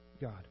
God